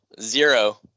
zero